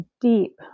deep